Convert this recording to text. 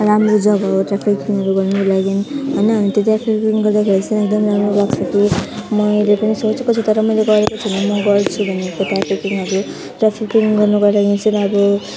राम्रो जग्गा हो ट्राफकिङहरू गर्नुको लागि होइन अनि त्यो ट्राफिकिङहरू गर्दाखेरि चाहिँ एकदम राम्रो लाग्छ कि मैले पनि सोचेको छु तर मैले गरेको छुइनँ म गर्छु भनेको ट्राफिकिङहरू ट्राफिकिङ गर्नुको लागि चाहिँ अब